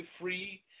free